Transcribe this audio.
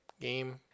game